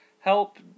help